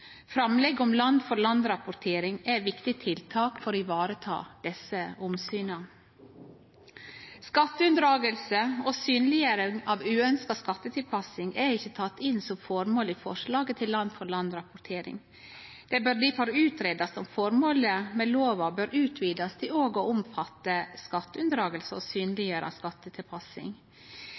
Framlegget om land-for-land-rapportering er eit viktig tiltak for å vareta desse omsyna. Skatteunndraging og synleggjering av uønskt skattetilpassing er ikkje teke inn som formål i forslaget til land-for-land-rapportering. Det bør difor bli greidd ut om formålet med lova bør bli utvida til òg å omfatte skatteunndraging og å synleggjere skattetilpassing.